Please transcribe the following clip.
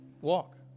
walk